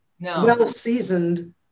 well-seasoned